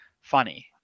funny